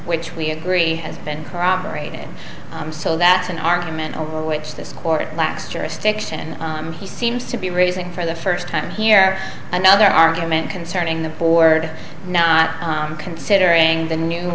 which we agree has been corroborated so that's an argument over which this court lacks jurisdiction he seems to be raising for the first time here another argument concerning the board not considering the